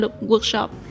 workshop